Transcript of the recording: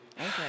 Okay